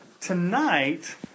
tonight